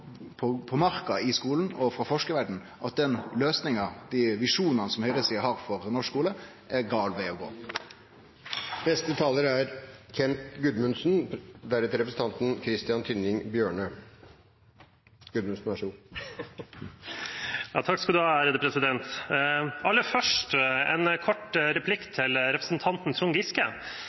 svaret frå marka i skolen og frå forskarverda at den løysinga og dei visjonane som høgresida har for norsk skole, er feil. Aller først en kort replikk til representanten Trond Giske.